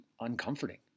uncomforting